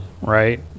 Right